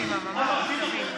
אין מנהיגות.